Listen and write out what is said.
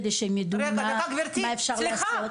כדי שהם יידעו מה אפשר לעשות?